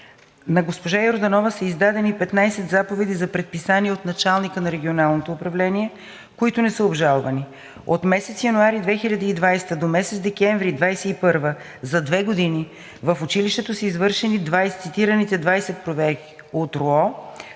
на госпожа Йорданова са издадени 15 заповеди за предписание от началника на Регионалното управление, които не са обжалвани. От месец януари 2020 г. до месец декември 2021 г. за две години в училището са извършени цитираните 20 проверки от РУО,